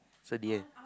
so the end